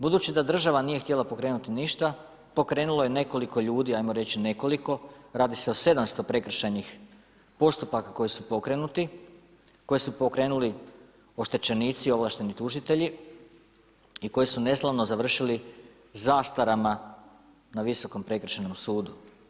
Budući da država nije htjela pokrenuti ništa, pokrenulo je nekoliko ljudi, ajmo reći nekoliko, radi se o 700 prekršajnih postupaka koji su pokrenuti, koje su pokrenuli oštećenici, ovlašteni tužitelji i koji su neslavno završili zastarama na Visokom prekršajnom sudu.